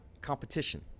competition